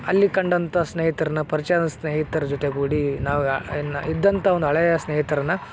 ಅಲ್ಲಿ ಕಂಡಂಥ ಸ್ನೇಹಿತರನ್ನ ಪರ್ಚಯ ಆದ ಸ್ನೇಹಿತ್ರ ಜೊತೆಗೂಡಿ ನಾವು ಇದ್ದಂಥ ಒಂದು ಹಳೆಯ ಸ್ನೇಹಿತರನ್ನ